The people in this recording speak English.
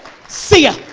see ya,